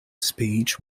speech